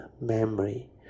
memory